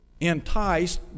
enticed